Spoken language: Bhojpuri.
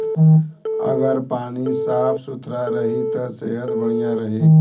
अगर पानी साफ सुथरा रही त सेहत बढ़िया रही